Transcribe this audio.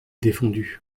défendu